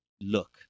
look